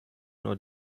nur